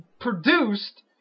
produced